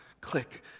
click